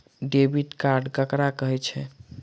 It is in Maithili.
डेबिट कार्ड ककरा कहै छै?